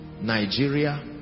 Nigeria